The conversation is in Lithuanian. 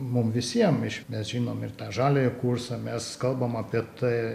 mum visiem iš mes žinom ir tą žaliąjį kursą mes kalbam apie tai